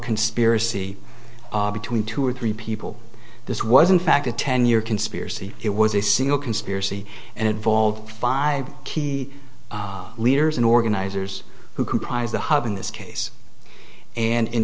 conspiracy between two or three people this was in fact a ten year conspiracy it was a single conspiracy and involved five key leaders and organizers who comprise the hub in this case and in